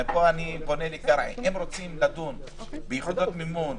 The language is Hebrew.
ופה אני פונה לשלמה קרעי ביחידות מימון,